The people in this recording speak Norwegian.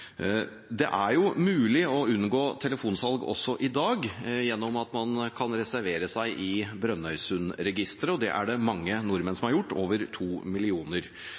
Det er mulig å unngå telefonsalg også i dag, gjennom at man kan reservere seg i Brønnøysundregistrene. Det har mange nordmenn gjort – over to millioner.